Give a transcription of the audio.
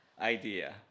idea